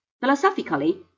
Philosophically